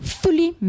fully